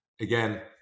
again